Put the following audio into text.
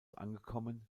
angekommen